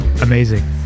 Amazing